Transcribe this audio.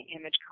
image